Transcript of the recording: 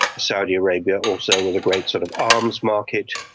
saudi arabia also was a great sort of arms market.